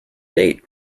date